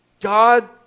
God